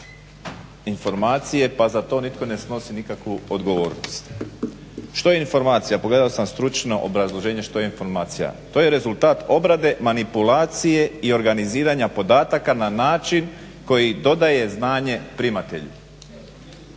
informacije pa za to nitko ne snosi nikakvu odgovornost. Što je informacija, pogledao sam stručno obrazloženje što je informacija. To je rezultat obrade, manipulacije i organiziranja podataka na način koji dodaje znanje primatelju.